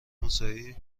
مساعی